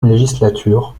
législature